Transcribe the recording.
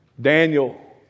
Daniel